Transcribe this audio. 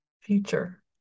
future